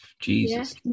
jesus